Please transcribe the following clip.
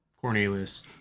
Cornelius